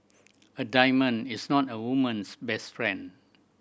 a diamond is not a woman's best friend